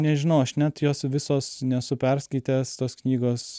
nežinau aš net jos visos nesu perskaitęs tos knygos